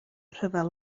rhyfel